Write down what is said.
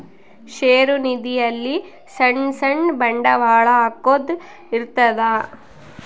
ಷೇರು ನಿಧಿ ಅಲ್ಲಿ ಸಣ್ ಸಣ್ ಬಂಡವಾಳ ಹಾಕೊದ್ ಇರ್ತದ